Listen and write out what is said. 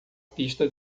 pista